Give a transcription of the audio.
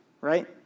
right